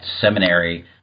seminary